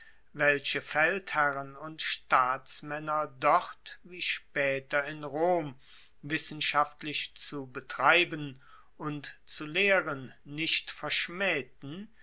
welche feldherren und staatsmaenner dort wie spaeter in rom wissenschaftlich zu betreiben und zu lehren nicht verschmaehten